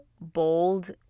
bold